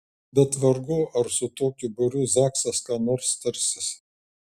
bet vargu ar su tokiu būriu zaksas ką nors tarsis